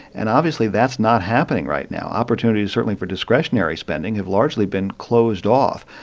and obviously that's not happening right now. opportunities, certainly for discretionary spending, have largely been closed off.